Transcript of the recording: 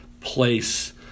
place